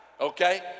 Okay